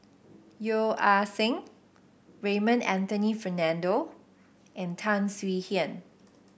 Yeo Ah Seng Raymond Anthony Fernando and Tan Swie Hian